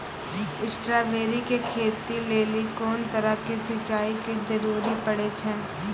Strawberry के खेती लेली कोंन तरह के सिंचाई के जरूरी पड़े छै?